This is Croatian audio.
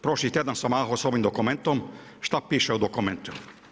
Prošli tjedan sam mahao sa ovim dokumentom, šta piše u dokumentu?